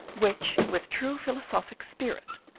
which with true philosophic spirit,